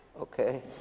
Okay